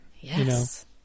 Yes